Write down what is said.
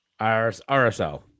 RSL